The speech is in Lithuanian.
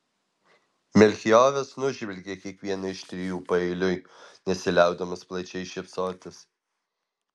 melchioras nužvelgė kiekvieną iš trijų paeiliui nesiliaudamas plačiai šypsotis